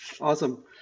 Awesome